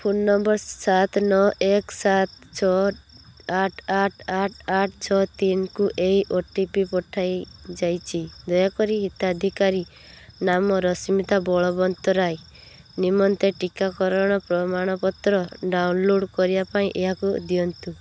phone number ସାତ ନଅ ଏକ ସାତ ଛଅ ଆଠ ଆଠ ଆଠ ଆଠ ଛଅ ତିନିକୁ ଏକ ଓ ଟି ପି ପଠାଯାଇଛି ଦୟାକରି ହିତାଧିକାରୀ ନାମ ରଶ୍ମିତା ବଳବନ୍ତରାୟ ନିମନ୍ତେ ଟିକାକରଣର ପ୍ରମାଣପତ୍ର ଡାଉନଲୋଡ଼୍ କରିବା ପାଇଁ ଏହାକୁ ଦିଅନ୍ତୁ